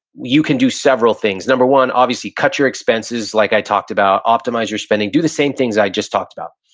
you can do several things. number one, obviously, cut your expenses like i talked about. optimize your spending, do the same things i just talked about.